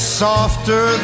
softer